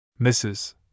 Mrs